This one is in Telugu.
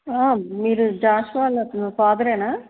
మీరు జాషువా వాళ్ళ ఫాదరేనా